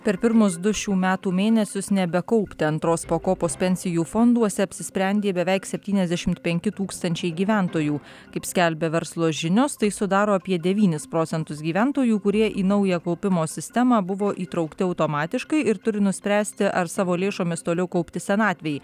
per pirmus du šių metų mėnesius nebekaupti antros pakopos pensijų fonduose apsisprendė beveik septyniasdešimt penki tūkstančiai gyventojų kaip skelbia verslo žinios tai sudaro apie devynis procentus gyventojų kurie į naują kaupimo sistemą buvo įtraukti automatiškai ir turi nuspręsti ar savo lėšomis toliau kaupti senatvei